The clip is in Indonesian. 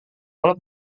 olah